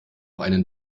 einen